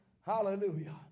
Hallelujah